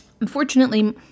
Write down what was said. unfortunately